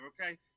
Okay